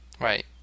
Right